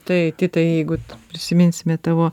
tai titai jeigu prisiminsime tavo